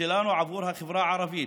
שלנו עבור החברה הערבית,